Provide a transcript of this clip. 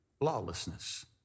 lawlessness